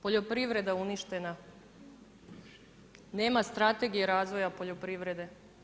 Poljoprivreda uništena, nema strategije razvija poljoprivrede.